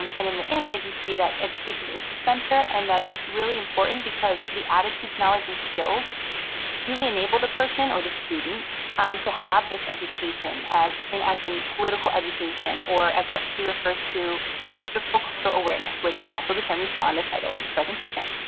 and in the image you see that education is the center. and that's really important because the attitudes, knowledge and skills really enable the person or the student to have this education as in as in political education or as what he refers to the awareness, which is also the term you saw in the title of this presentation.